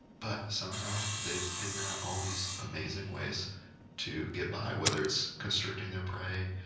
but somehow they've figured out all these amazing ways to get by, whether it's constricting their prey,